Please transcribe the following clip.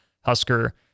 Husker